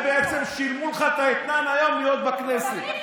בעצם שילמו לך את האתנן היום להיות בכנסת.